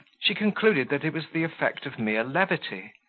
she concluded that it was the effect of mere levity,